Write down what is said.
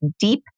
Deep